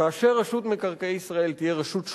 כאשר רשות מקרקעי ישראל תהיה רשות שקופה,